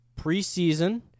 preseason